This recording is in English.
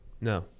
no